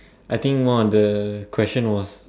I think one of the question was